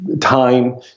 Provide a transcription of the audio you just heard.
time